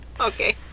okay